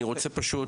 אני רוצה פשוט,